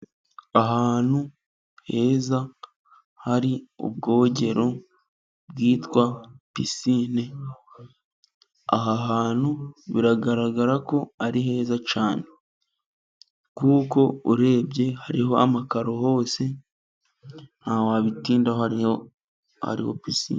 Ahantu heza hari ubwogero bwitwa pisine, aha hantu biragaragara ko ari heza cyane, kuko urebye hariho amakaro hose ntawabitindaho kariho pisine.